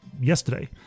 yesterday